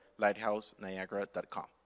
LighthouseNiagara.com